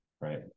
right